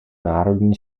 národní